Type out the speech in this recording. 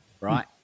right